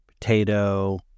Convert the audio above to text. potato